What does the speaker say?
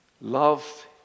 Love